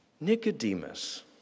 Nicodemus